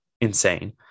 insane